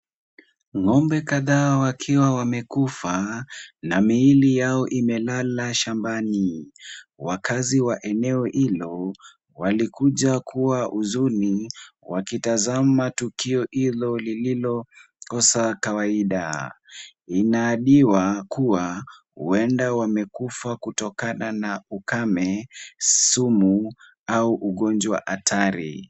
Ng'ombe kadhaa wakiwa wamekufa na miili yao imelala shambani. Wakaazi wa eneo hilo walikuja kwa huzuni wakitazama tukio hilo lililokosa kawaida. Inadaiwa kuwa huenda wamekufa kutokana na ukame, sumu au ugonjwa hatari.